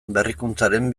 berrikuntzaren